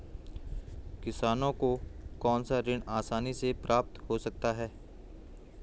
किसानों को कौनसा ऋण आसानी से प्राप्त हो सकता है?